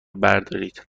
بردارید